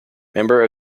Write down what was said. member